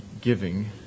giving